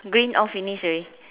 green all finish already